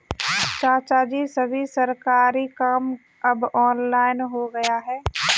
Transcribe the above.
चाचाजी, सभी सरकारी काम अब ऑनलाइन हो गया है